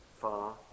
far